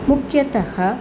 मुख्यतः